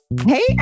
Hey